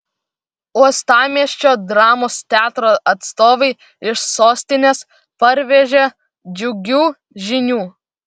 uostamiesčio dramos teatro atstovai iš sostinės parvežė džiugių žinių